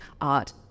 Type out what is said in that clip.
art